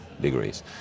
degrees